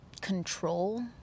control